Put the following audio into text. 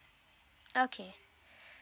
okay